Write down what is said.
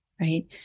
right